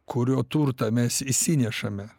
kurio turtą mes išsinešame